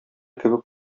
кебек